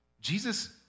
Jesus